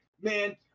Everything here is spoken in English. man